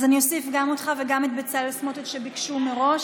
אז אני אוסיף גם אותך וגם את בצלאל סמוטריץ' הם ביקשו מראש,